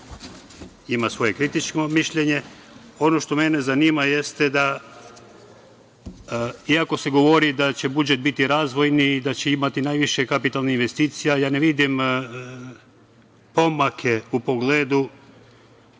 ima svoje kritično mišljenje. Ono što mene zanima jeste da, iako se govori da će budžet biti razvojni i da će imati najviše kapitalnih investicija, ja ne vidim pomake u pogledu